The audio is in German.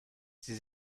sie